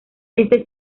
este